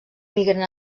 migren